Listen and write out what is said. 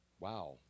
wow